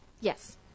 Yes